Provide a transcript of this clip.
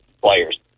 players